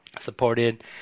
supported